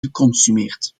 geconsumeerd